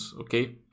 okay